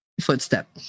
footstep